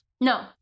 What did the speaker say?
No